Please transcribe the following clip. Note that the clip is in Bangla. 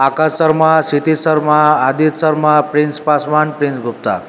Akash Sharma Smriti Sharma Adil Sharma Prince Paswan Prince Gupta